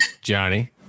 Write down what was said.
Johnny